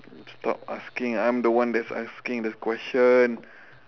stop asking I am the one that's asking the question